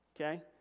Okay